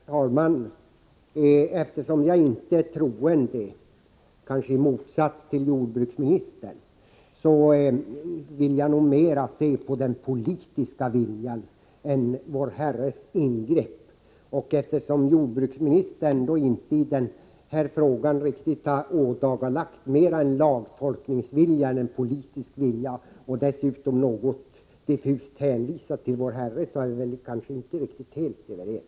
Herr talman! Eftersom jag inte är troende — kanske i motsats till jordbruksministern — vill jag mera se till den politiska viljan än till vår Herres ingrepp, och eftersom jordbruksministern i den här frågan har ådagalagt mera en lagtolkningsvilja än en politisk vilja och dessutom något diffust hänvisat till vår Herre så är vi kanske inte alldeles helt överens.